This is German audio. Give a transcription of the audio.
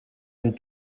ein